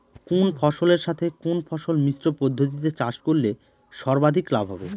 কোন ফসলের সাথে কোন ফসল মিশ্র পদ্ধতিতে চাষ করলে সর্বাধিক লাভ হবে?